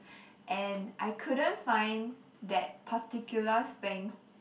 and I couldn't find that particular spank